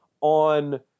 on